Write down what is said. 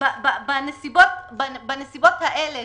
בנסיבות האלה,